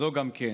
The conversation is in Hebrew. זו גם כן!"